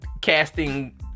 casting